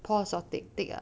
paused or tick tick ah